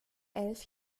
elf